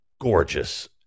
gorgeous